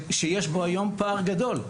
שיש בו היום פער גדול.